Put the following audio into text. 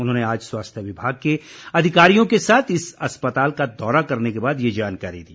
उन्होंने आज स्वास्थ्य विभाग के अधिकारियों के साथ इस अस्पताल का दौरा करने के बाद ये जानकारी दी